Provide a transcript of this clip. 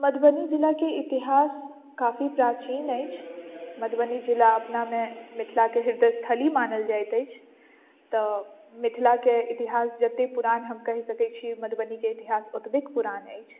मधुबनी जिला केँ इतिहास काफी प्राचीन अछि मधुबनी जिला अपना मे मिथिला केँ हृदयस्थली मानल जाइत अछि तऽ मिथिलाके इतिहास जतेक पुरान हम कहि सकै छी मधुबनीके इतिहास ओतबे पुरान अछि